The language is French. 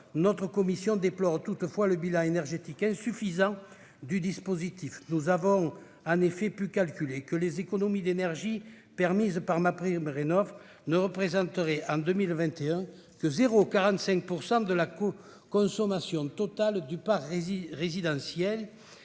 notre commission déplore le bilan énergétique insuffisant de ce dispositif. Nous avons calculé que les économies d'énergie permises par MaPrimeRénov'ne représenteraient, en 2021, que 0,15 % de la consommation totale du parc résidentiel.